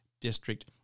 district